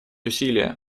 усилия